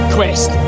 Quest